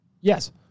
Yes